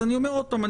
אני אומר עוד פעם.